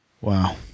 Wow